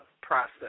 process